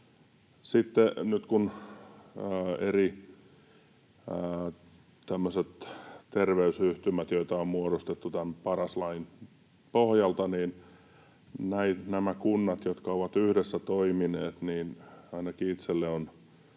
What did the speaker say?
tämmöisiä eri terveysyhtymiä, joita on muodostettu Paras-lain pohjalta, ja näissä kunnat ovat yhdessä toimineet, niin ainakin itselleni on